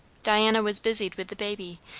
diana was busied with the baby,